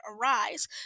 arise